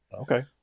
Okay